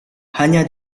hanya